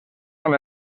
amb